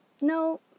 No